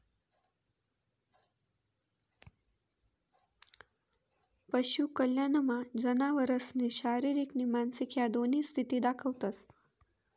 पशु कल्याणमा जनावरसनी शारीरिक नी मानसिक ह्या दोन्ही स्थिती दखतंस